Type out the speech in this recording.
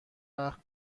وقت